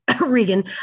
Regan